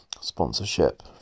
sponsorship